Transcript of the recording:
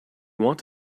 want